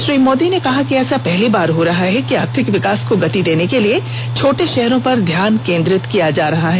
श्री मोदी ने कहा कि ऐसा पहली बार हो रहा है कि आर्थिक विकास को गति देने के लिए छोटे शहरों पर ध्यान केंद्रित किया जा रहा है